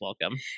welcome